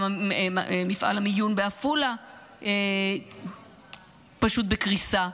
גם מפעל המיון בעפולה פשוט בקריסה.